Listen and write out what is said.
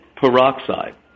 peroxide